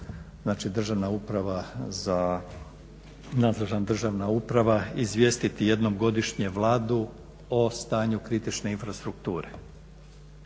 uprava, nadležna državna uprava izvijestiti jednom godišnje Vladu o stanju kritične infrastrukture.